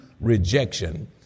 rejection